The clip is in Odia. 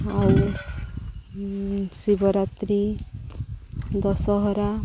ଆଉ ଶିବରାତ୍ରି ଦଶହରା